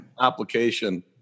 application